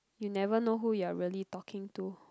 you never know who you're really talking to